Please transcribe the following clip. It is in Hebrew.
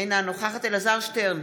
אינה נוכחת אלעזר שטרן,